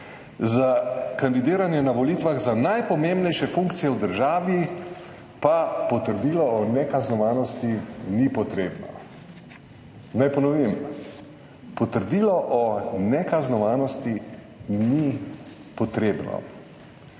za kandidiranje na volitvah za najpomembnejše funkcije v državi pa potrdilo o nekaznovanosti ni potrebno. Naj ponovim, potrdilo o nekaznovanosti ni potrebno.